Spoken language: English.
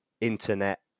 internet